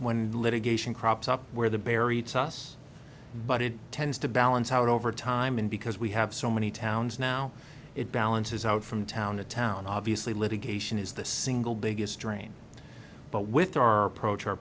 when litigation crops up where the berry toss but it tends to balance out over time and because we have so many towns now it balances out from town to town obviously litigation is the single biggest drain but with our approach